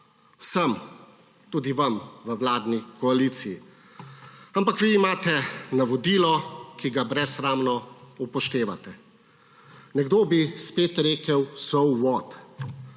vsem, tudi vam, v vladni koaliciji. Ampak vi imate navodilo, ki ga brezsramno upoštevate. Nekdo bi spet rekel, »so what«,